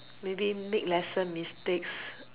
maybe make lesser mistakes